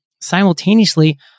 simultaneously